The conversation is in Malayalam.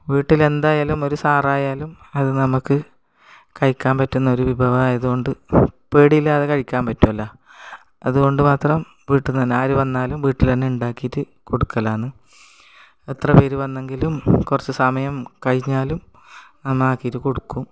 വീട്ടിലെന്തായാലും ഒരു സാറായാലും അത് നമുക്ക് കഴിക്കാൻ പറ്റുന്നൊരു വിഭവമായതുകൊണ്ട് പേടിയില്ലാതെ കഴിക്കാൻ പറ്റുമല്ലോ അതുകൊണ്ട് മാത്രം വീട്ടിൽ നിന്നു തന്നെ ആരു വന്നാലും വീട്ടിൽ തന്നെ ഉണ്ടാക്കിയിട്ട് കൊടുക്കലാന്ന് എത്ര പേര് വന്നെങ്കിലും കുറച്ച് സമയം കഴിഞ്ഞാലും നമ്മൾ ആക്കിയിട്ട് കൊടുക്കും